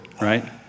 right